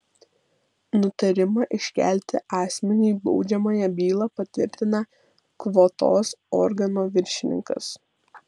nutarimą iškelti asmeniui baudžiamąją bylą patvirtina kvotos organo viršininkas